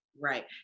Right